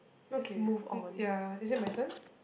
okay ya is it my turn